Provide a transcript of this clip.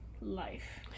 life